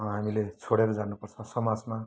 हामीले छोडेर जानुपर्छ समाजमा